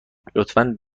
لطفا